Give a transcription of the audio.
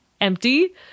empty